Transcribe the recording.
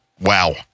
Wow